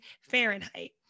Fahrenheit